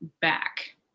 Back